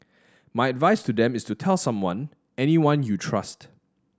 my advice to them is to tell someone anyone you trust